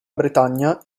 bretagna